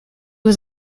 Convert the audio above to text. was